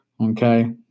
Okay